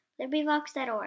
LibriVox.org